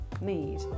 need